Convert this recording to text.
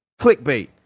clickbait